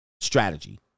strategy